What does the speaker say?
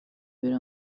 بیرون